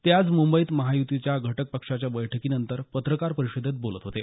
ते आज मुंबईत महायुतीतल्या घटक पक्षांच्या बैठकीनंतर पत्रकार परिषदेत बोलत होते